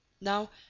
Now